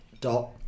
dot